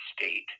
state